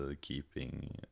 keeping